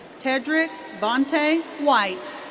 tedrick vonte white.